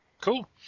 Cool